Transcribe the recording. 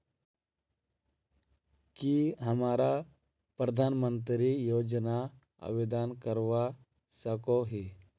की हमरा प्रधानमंत्री योजना आवेदन करवा सकोही?